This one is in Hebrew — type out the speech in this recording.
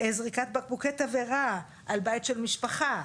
זריקת בקבוקי תבערה על בית של משפחה,